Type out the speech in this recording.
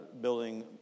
building